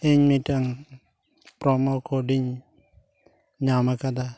ᱤᱧ ᱢᱤᱫᱴᱟᱝ ᱯᱨᱳᱢᱳ ᱠᱳᱰᱤᱧ ᱧᱟᱢ ᱟᱠᱟᱫᱟ